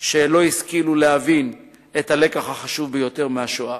שלא השכילו להבין את הלקח החשוב ביותר מהשואה.